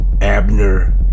Abner